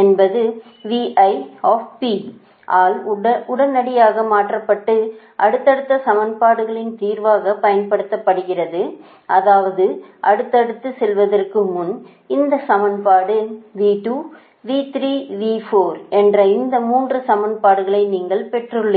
என்பது ஆல் உடனடியாக மாற்றப்பட்டு அடுத்தடுத்த சமன்பாடுகளின் தீர்வாக பயன்படுத்தப்படுகிறது அதாவது அடுத்ததுக்கு செல்வதற்கு முன் இந்த சமன்பாடு V2 V3 V4 என்ற இந்த 3 சமன்பாடுகளை நீங்கள் பெற்றுள்ளீர்கள்